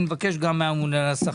אני מבקש גם מהממונה על השכר.